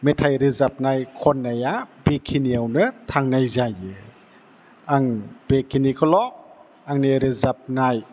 मेथाइ रोजाबनाय खन्नाया बेखिनियावनो थांनाय जायो आं बेखिनिखौल' आंनि रोजाबनाय